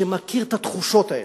שמכיר את התחושות האלה.